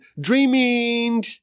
dreaming